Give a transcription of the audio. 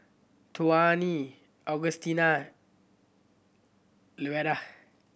Tawny Augustina Louetta